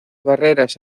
barreras